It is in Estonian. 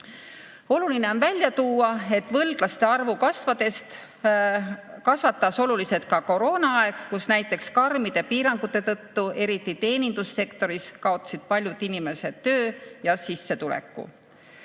Oluline on välja tuua, et võlglaste arvu kasvatas oluliselt ka koroonaaeg, kui näiteks karmide piirangute tõttu, eriti teenindussektoris, kaotasid paljud inimesed töö ja sissetuleku.